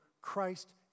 Christ